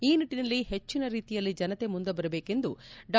ಈ ನಿಟ್ಟನಲ್ಲಿ ಹೆಚ್ಚಿನ ರೀತಿಯಲ್ಲಿ ಜನತೆ ಮುಂದೆಬರಬೇಕೆಂದು ಡಾ